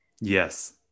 Yes